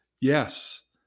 Yes